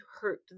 hurt